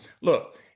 Look